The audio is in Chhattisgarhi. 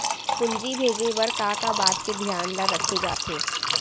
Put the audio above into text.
पूंजी भेजे बर का का बात के धियान ल रखे जाथे?